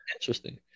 interesting